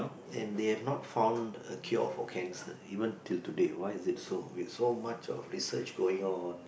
and they have not found a cure for cancer even till today why is it so with so much of research going on